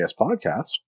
podcast